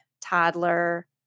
toddler